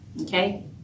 Okay